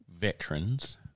veterans